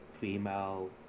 female